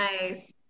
Nice